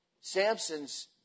Samson's